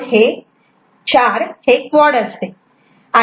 4 हे क्वाड असते